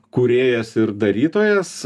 kūrėjas ir darytojas